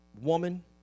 woman